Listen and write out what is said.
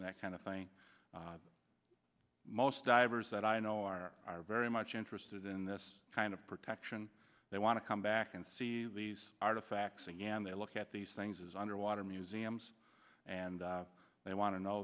and that kind of thing most divers i know are very much interested in this kind of protection they want to come back and see these artifacts and they look at these things as underwater museums and they want to know